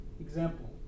example